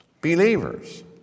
believers